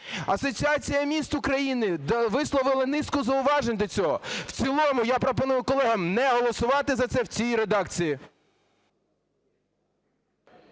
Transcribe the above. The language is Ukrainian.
Асоціація міст України висловила низку зауважень до цього, в цілому я пропоную колегам не голосувати за це в цій редакції.